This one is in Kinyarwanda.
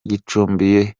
gicumbi